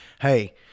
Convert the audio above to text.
Hey